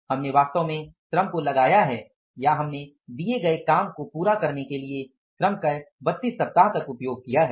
हमने वास्तव में श्रम को लगाया है या हमने दिए गए काम को पूरा करने के लिए श्रम का 32 सप्ताह तक उपयोग किया है